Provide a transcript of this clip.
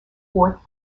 fourth